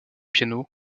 piano